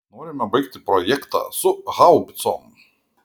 norime baigti projektą su haubicom